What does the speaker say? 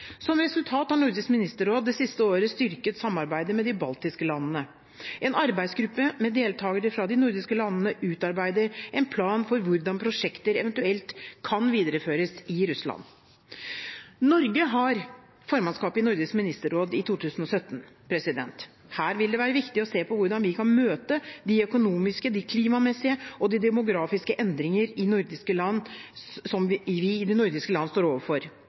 Som resultat har Nordisk ministerråd det siste året styrket samarbeidet med de baltiske landene. En arbeidsgruppe med deltagere fra de nordiske landene utarbeider en plan for hvordan prosjekter eventuelt kan videreføres i Russland. Norge har formannskapet i Nordisk ministerråd i 2017. Her vil det være viktig å se på hvordan vi kan møte de økonomiske, de klimamessige og de demografiske endringer vi i de nordiske land står overfor. Vi